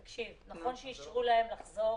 תקשיב, נכון שאישרו להם לחזור